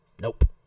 Nope